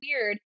weird